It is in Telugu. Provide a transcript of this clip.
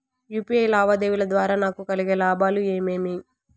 యు.పి.ఐ లావాదేవీల ద్వారా నాకు కలిగే లాభాలు ఏమేమీ?